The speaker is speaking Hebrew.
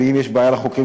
ואם יש בעיה לחוקרים,